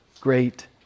great